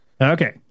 Okay